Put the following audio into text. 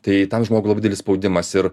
tai tam žmogui labai didelis spaudimas ir